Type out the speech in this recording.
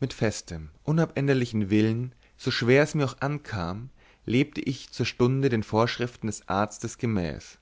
mit festem unabänderlichem willen so schwer es mir auch ankam lebte ich zur stunde den vorschriften des arztes gemäß